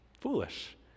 foolish